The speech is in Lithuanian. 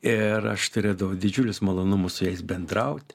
ir aš turėdavau didžiulius malonumus su jais bendrauti